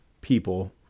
people